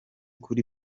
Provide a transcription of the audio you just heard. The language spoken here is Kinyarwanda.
kuri